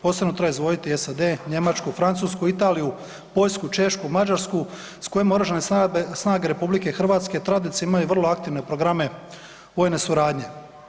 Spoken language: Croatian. Posebno treba izdvojiti SAD, Njemačku, Francusku, Italiju, Poljsku, Češku, Mađarsku s kojim Oružane snage RH tradicionalno imaju vrlo aktivne programe vojne suradnje.